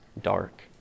dark